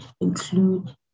include